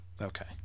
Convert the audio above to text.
Okay